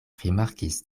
rimarkis